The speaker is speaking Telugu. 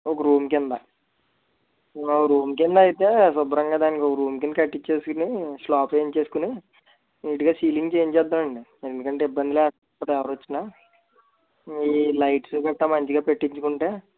ఒక రూమ్ కింద ఆ రూమ్ కింద అయితే శుభ్రంగా దానికోక ఒక రూమ్ కట్టించేసుకొని స్లాబ్ వేయించేసుకొని నేట్గా సీలింగ్ చేయించేదాం అండి ఎందుకంటే ఇబ్బంది లేకుండా ఎవరొచ్చిన ఈ లైట్స్ అట్లా మంచిగా పెట్టించుకుంటే